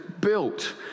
built